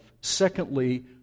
Secondly